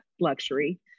luxury